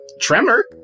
tremor